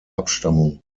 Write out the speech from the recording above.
abstammung